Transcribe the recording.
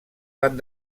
van